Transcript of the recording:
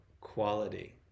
quality